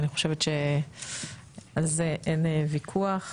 אני חושבת שעל זה אין ויכוח.